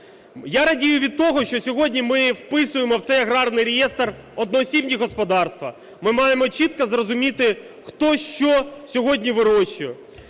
Я радію від того, що сьогодні ми вписуємо в цей аграрний реєстр одноосібні господарства. Ми маємо чітко зрозуміти хто, що сьогодні вирощує.